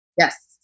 Yes